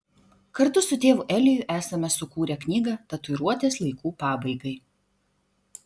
kartu su tėvu eliju esame sukūrę knygą tatuiruotės laikų pabaigai